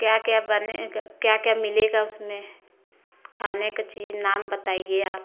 क्या क्या बनेगा क्या क्या मिलेगा उसमें खानेका चीज नाम बताइए आप